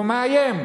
והוא מאיים,